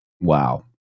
Wow